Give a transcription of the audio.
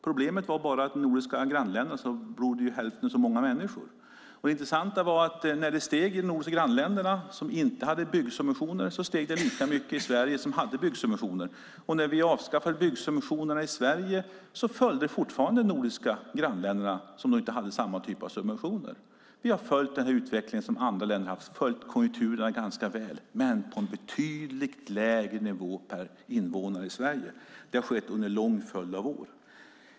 Problemet var bara att de bor hälften så många människor i våra grannländer. När byggandet ökade i våra grannländer som inte hade byggsubventioner ökade det lika mycket i Sverige som hade byggsubventioner. När vi avskaffade byggsubventionerna i Sverige följde vi fortfarande de nordiska grannländerna som alltså inte hade denna typ av subventioner. Vi har följt den utveckling som dessa länder haft och följt konjunkturerna ganska väl men på en betydligt lägre nivå per invånare. Så har det varit under en lång följd av år.